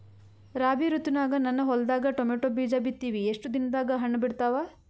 ರಾಬಿ ಋತುನಾಗ ನನ್ನ ಹೊಲದಾಗ ಟೊಮೇಟೊ ಬೀಜ ಬಿತ್ತಿವಿ, ಎಷ್ಟು ದಿನದಾಗ ಹಣ್ಣ ಬಿಡ್ತಾವ?